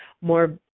more